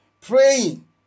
praying